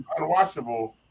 unwatchable